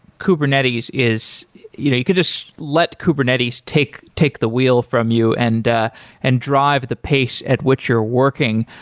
kubernetes is you know you could just let kubernetes take take the wheel from you and the ah and drive the pace at which you're working,